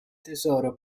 tesoro